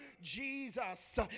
Jesus